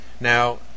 Now